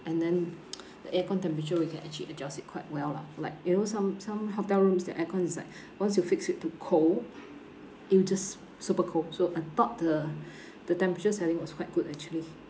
and then the aircon temperature we can actually adjust it quite well lah like you know some some hotel rooms their aircon is like once you fix it to cold it will just super cold so I thought the the temperatures having was quite good actually